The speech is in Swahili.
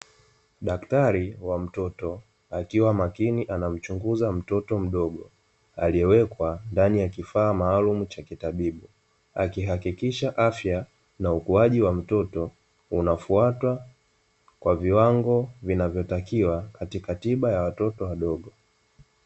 Daktari wa mtoto akiwa makini anamchunguza mtoto mdogo aliyewekwa ndani ya kifaa maalumu cha kitabibu, akihakikisha afya na ukuaji wa mtoto unafwatwa kwa viwango vinavyotakiwa katika tiba ya watoto wadogo.